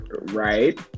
right